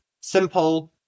simple